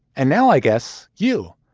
and now i guess you.